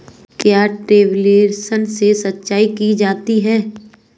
क्या ट्यूबवेल से सिंचाई की जाती है?